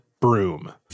broom